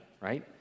right